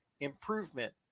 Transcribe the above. improvement